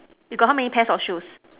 you got how many pairs of shoes